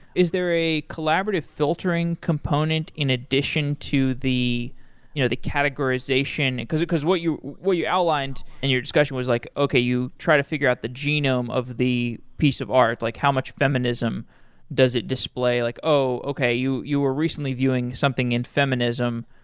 is there a collaborative filtering component in addition to the you know the categorization? because because what you what you outlined in your discussion was like, okay. you try to figure out the genome of the piece of art, like how much feminism does it display, like, oh, okay. you you are recently viewing something in feminism.